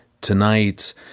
Tonight